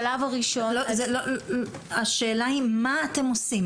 השלב הראשון --- השאלה היא מה אתם עושים?